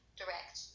direct